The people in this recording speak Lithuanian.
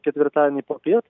ketvirtadienį popiet